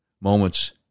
moments